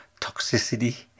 toxicity